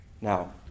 Now